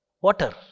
water